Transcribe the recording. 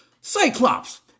Cyclops